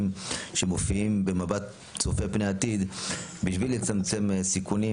שמופיעים במבט צופה פני עתיד בשביל לצמצם סיכונים